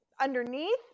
underneath